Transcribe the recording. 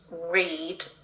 read